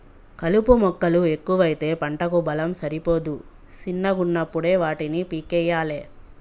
కలుపు మొక్కలు ఎక్కువైతే పంటకు బలం సరిపోదు శిన్నగున్నపుడే వాటిని పీకేయ్యలే